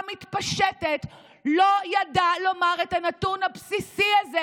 מתפשטת לא ידע לומר את הנתון הבסיסי הזה.